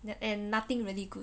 then and nothing really good